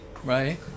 Right